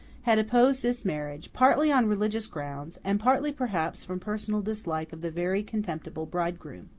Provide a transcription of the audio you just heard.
had opposed this marriage, partly on religious grounds, and partly perhaps from personal dislike of the very contemptible bridegroom.